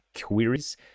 queries